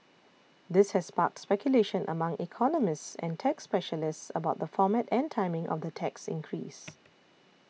this has sparked speculation among economists and tax specialists about the format and timing of the tax increase